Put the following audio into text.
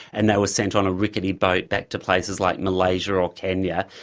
and they were sent on a rickety boat back to places like malaysia or kenya,